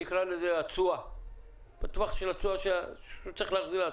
מכירים אבל חשוב להבין שהחברות החובה היא